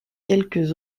quelques